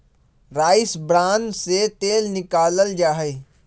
rice bran से तेल निकाल्ल जाहई